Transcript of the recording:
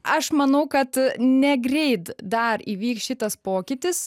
aš manau kad negreit dar įvyks šitas pokytis